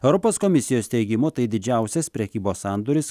europos komisijos teigimu tai didžiausias prekybos sandoris